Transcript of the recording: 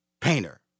painter